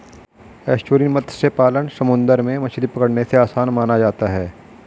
estuarine मत्स्य पालन समुंदर में मछली पकड़ने से आसान माना जाता है